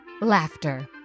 laughter